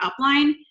upline